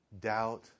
doubt